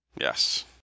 Yes